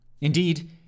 Indeed